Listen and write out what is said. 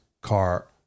car